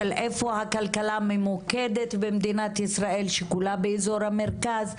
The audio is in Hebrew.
של איפה הכלכלה ממוקדת במדינת ישראל שכולה באזור המרכז.